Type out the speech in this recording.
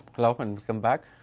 welcome welcome back.